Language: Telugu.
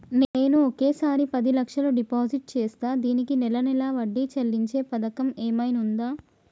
నేను ఒకేసారి పది లక్షలు డిపాజిట్ చేస్తా దీనికి నెల నెల వడ్డీ చెల్లించే పథకం ఏమైనుందా?